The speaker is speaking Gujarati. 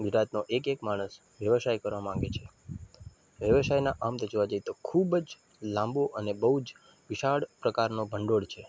ગુજરાતનો એક એક માણસ વ્યવસાય કરવા માગે છે વ્યવસાયના આમ તો જોવા જઈએ તો ખૂબ જ લાંબો અને બહુ જ વિશાળ પ્રકારનો ભંડોળ છે